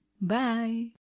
Bye